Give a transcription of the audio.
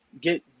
get